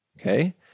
okay